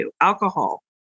Alcohol